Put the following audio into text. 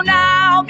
now